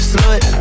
Slut